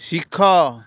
ଶିଖ